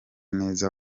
neza